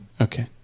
Okay